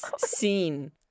scene